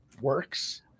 works